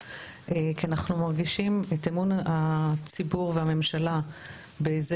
כי אנחנו מרגישים את אמון הציבור והממשלה בזה